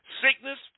Sickness